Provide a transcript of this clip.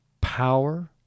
power